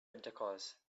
intercourse